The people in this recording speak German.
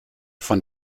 von